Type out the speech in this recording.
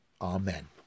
Amen